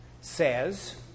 says